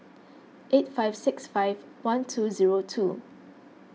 eight five six five one two zero two